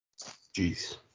Jeez